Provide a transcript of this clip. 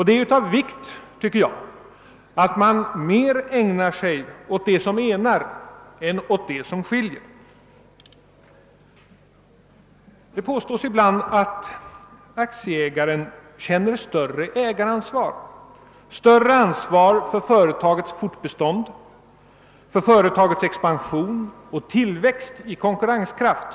Det är av vikt att man mer ägnar sig åt det som enar än åt det som skiljer. Det påstås ibland att aktieägaren kän ner större ansvar för företagets fortbestånd, expansion och konkurrenskraft.